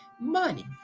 money